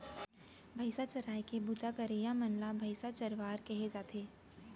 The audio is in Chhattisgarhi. भईंसा चराए के बूता करइया मन ल भईंसा चरवार कहे जाथे